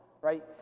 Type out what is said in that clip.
right